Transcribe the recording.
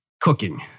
cooking